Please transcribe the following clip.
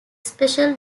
special